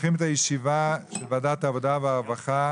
אני פותח את הישיבה של ועדת העבודה והרווחה,